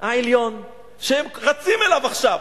שהם רצים אליו עכשיו,